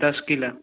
ଦଶ କିଲୋ